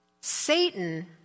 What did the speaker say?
Satan